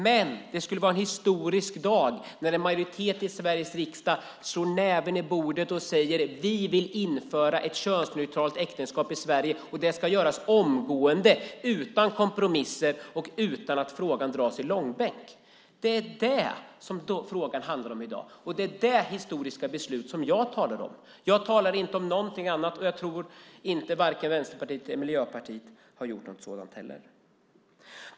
Men det skulle vara en historisk dag om en majoritet i Sveriges riksdag slog näven i bordet och sade: Vi vill införa ett könsneutralt äktenskap i Sverige, och det ska göras omgående utan kompromisser och utan att frågan dras i långbänk. Det är vad frågan handlar om i dag. Det är det historiska beslut jag talar om. Jag talar inte om någonting annat. Jag tror inte att representanterna för vare sig Vänsterpartiet eller Miljöpartiet heller har gjort någonting sådant.